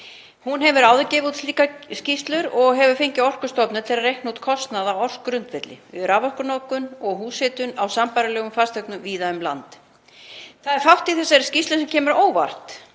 Hún hefur áður gefið út slíkar skýrslur og hefur fengið Orkustofnun til að reikna út kostnað á ársgrundvelli við raforkunotkun og húshitun á sambærilegum fasteignum víða um land. Það er fátt í þessari skýrslu sem kemur á óvart